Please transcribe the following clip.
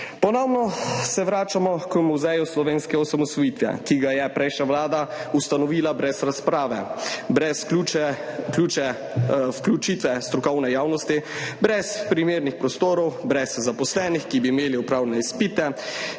Ponovno se vračamo k Muzeju slovenske osamosvojitve, ki ga je prejšnja vlada ustanovila brez razprave, brez vključitve strokovne javnosti, brez primernih prostorov, brez zaposlenih, ki bi imeli upravne izpite,